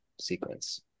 sequence